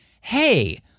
Hey